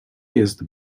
jest